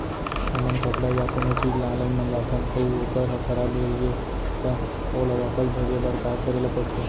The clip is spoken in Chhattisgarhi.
हमन कपड़ा या कोनो चीज ल ऑनलाइन मँगाथन अऊ वोकर ह खराब रहिये ता ओला वापस भेजे बर का करे ल पढ़थे?